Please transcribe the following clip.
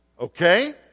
Okay